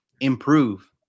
improve